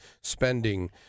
spending